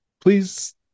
Please